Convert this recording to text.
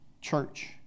church